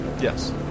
Yes